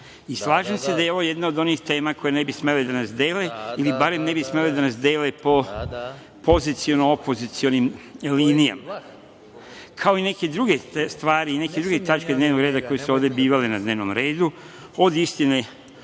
se da je ovo jedna od onih tema koje ne bi smele da nas dele ili barem ne bi smele da nas dele po poziciono – opozicionim linijama, kao i neke druge stvari i neke druge tačke dnevnog reda koje su ovde bivale na dnevnom redu, od istine